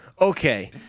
Okay